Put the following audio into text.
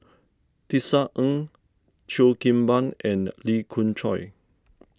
Tisa Ng Cheo Kim Ban and Lee Khoon Choy